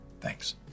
Thanks